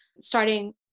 starting